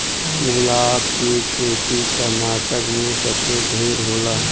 गुलाब के खेती कर्नाटक में सबसे ढेर होला